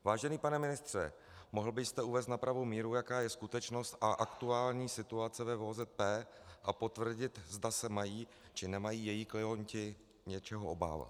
Vážený pane ministře, mohl byste uvést na pravou míru, jaká je skutečnost a aktuální situace ve VOZP, a potvrdit, zda se mají či nemají její klienti něčeho obávat?